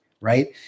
right